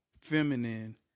feminine